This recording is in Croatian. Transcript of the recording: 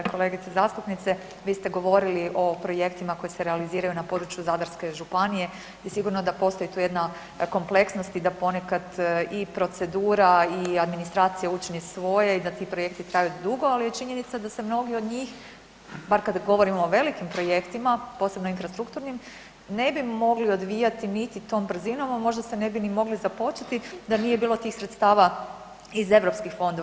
Kolegice zastupnice, vi ste govorili o projektima koji se realiziraju na području Zadarske županije i sigurno da postoji tu jedna kompleksnost i da ponekad i procedura i administracija učini svoje i da ti projekti traju dugo, al je činjenica da se mnogi od njih, bar kada govorimo o velikim projektima, posebno infrastrukturnim, ne bi mogli odvijati niti tom brzinom, a možda se ne bi ni mogli započeti da nije bilo tih sredstava iz europskih fondova.